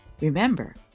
remember